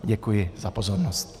Děkuji za pozornost.